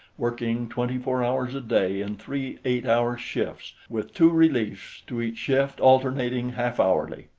working twenty-four hours a day in three eight-hour shifts with two reliefs to each shift alternating half-hourly.